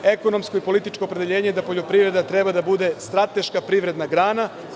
Ekonomsko i političko opredeljenje je da poljoprivreda treba da bude strateška privredna grana.